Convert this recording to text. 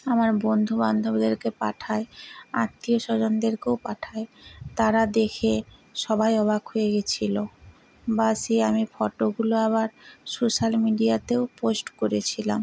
আমার বন্ধু বান্ধবদেরকে পাঠাই আত্মীয় স্বজনদেরকেও পাঠাই তারা দেখে সবাই অবাক হয়েগেছিলো বা সেই আমি ফটোগুলো আবার সোশ্যাল মিডিয়াতেও পোস্ট করেছিলাম